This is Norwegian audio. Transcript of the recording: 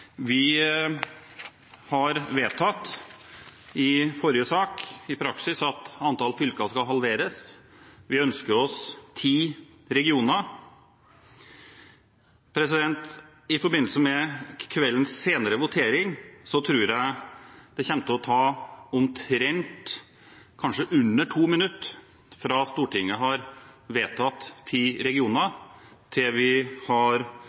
i praksis vedtatt at antall fylker skal halveres. Vi ønsker oss ti regioner. I forbindelse med kveldens senere votering tror jeg det kommer til å ta omtrent – kanskje under – to minutter fra Stortinget har vedtatt ti regioner, til vi har